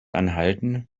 anhalten